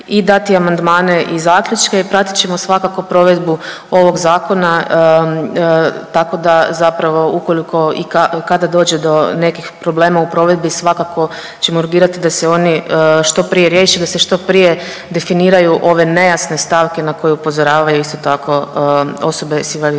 i dati amandmane i zaključke i pratit ćemo svakako provedbu ovoga zakona tako da zapravo ukoliko i kada dođe do nekih problema u provedbi svakako ćemo urgirati da se oni što prije riješe, da se što prije definiraju ove nejasne stavke na koje upozoravaju isto tako osobe s invaliditetom